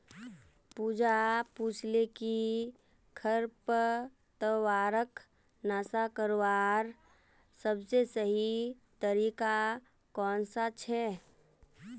पूजा पूछाले कि खरपतवारक नाश करवार सबसे सही तरीका कौन सा छे